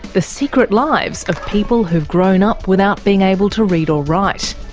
the secret lives of people who've grown up without being able to read or write,